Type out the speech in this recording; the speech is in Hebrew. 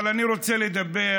אבל אני רוצה לדבר